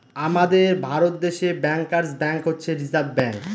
আমাদের ভারত দেশে bankers bank হচ্ছে রিসার্ভ ব্যাঙ্ক